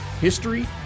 history